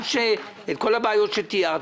גם כל הבעיות שתיארת,